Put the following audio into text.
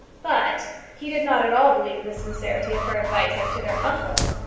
but he did not at all believe in the sincerity of her advice as to their uncle.